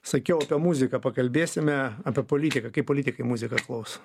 sakiau apie muziką pakalbėsime apie politiką kaip politikai muzikos klauso